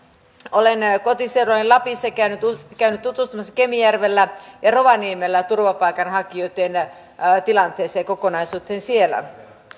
olen kotiseudullani lapissa käynyt käynyt tutustumassa kemijärvellä ja rovaniemellä turvapaikanhakijoitten tilanteeseen ja kokonaisuuteen siellä